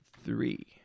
Three